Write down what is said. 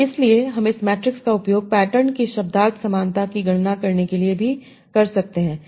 और इसलिए हम इस मैट्रिक्स का उपयोग पैटर्न की शब्दार्थ समानता की गणना करने के लिए भी कर सकते हैं